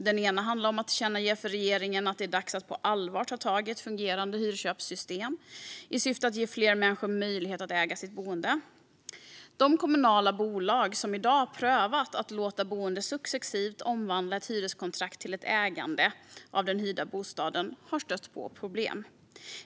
Den ena handlar om att tillkännage för regeringen att det är dags att på allvar ta tag i ett fungerande hyrköpssystem i syfte att ge fler människor möjlighet att äga sitt boende. De kommunala bolag som i dag prövat att låta de boende successivt omvandla ett hyreskontrakt till ett ägande av den hyrda bostaden har stött på problem.